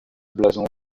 blason